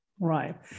right